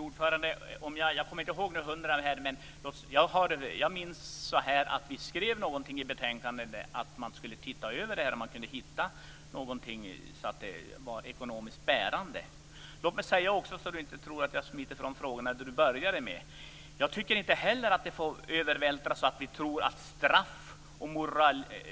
Fru talman! Jag kommer inte ihåg exakt, men jag minns att vi skrev någonting i betänkandet om att titta närmare på det här för att se om man kunde hitta någonting som gjorde det ekonomiskt bärande. Låt mig också säga, så att Rolf Olsson inte tror att jag smiter från frågorna, att jag inte heller tycker att insatserna får övervältras så att vi tror att straff och